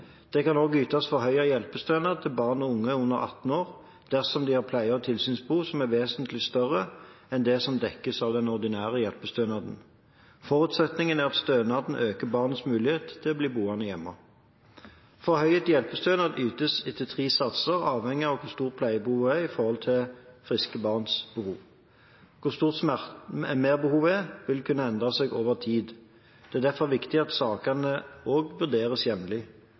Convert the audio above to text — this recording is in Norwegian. Det kan også ytes forhøyet hjelpestønad til barn og unge under 18 år dersom de har pleie- og tilsynsbehov som er vesentlig større enn det som dekkes av den ordinære hjelpestønaden. Forutsetningen er at stønaden øker barnets mulighet til å bli boende hjemme. Forhøyet hjelpestønad ytes etter tre satser avhengig av hvor stort pleiebehovet er i forhold til friske barns behov. Hvor stort merbehovet er, vil kunne endre seg over tid. Det er derfor viktig at sakene også vurderes jevnlig.